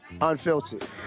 Unfiltered